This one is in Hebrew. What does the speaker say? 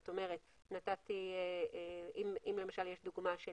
זאת אומרת, אם למשל מדובר על